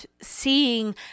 seeing